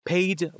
Paid